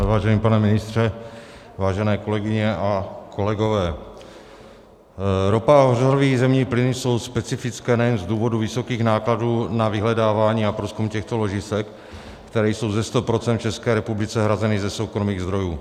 Vážený pane ministře, vážené kolegyně a kolegové, ropa a hořlavý zemní plyn jsou specifické nejen z důvodu vysokých nákladů na vyhledávání a průzkum těchto ložisek, která jsou ze 100 % v České republice hrazeny ze soukromých zdrojů.